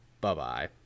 Bye-bye